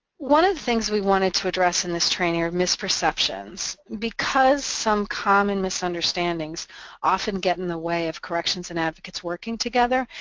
one of the things we wanted to address in this training are misperceptions. because some common misunderstandings often get in the way of corrections and advocates working together,